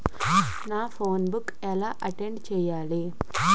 నా passbook ఎలా update చేయాలి?